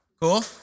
Cool